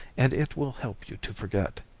and it will help you to forget.